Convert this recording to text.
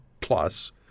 plus